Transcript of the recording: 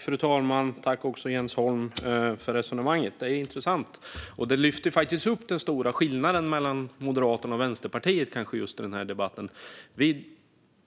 Fru talman! Tack, Jens Holm, för resonemanget, som är intressant och som lyfter upp den stora skillnaden mellan Moderaterna och Vänsterpartiet i den här debatten.